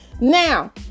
Now